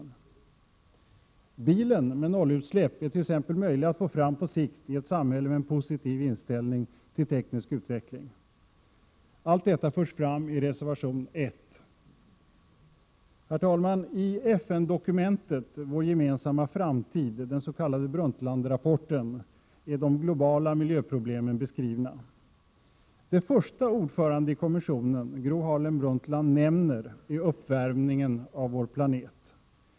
Bilen med nollutsläpp är t.ex. möjlig att få fram på sikt i ett samhälle med en positiv inställning till teknisk utveckling. Allt detta förs fram i reservation 1. Herr talman! I FN-dokumentet ”Vår gemensamma framtid”, den s.k. Brundtlandrapporten, är de globala miljöproblemen beskrivna. Det första ordföranden i kommissionen Gro Harlem Brundtland nämner är uppvärmningen av vår planet.